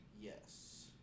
Yes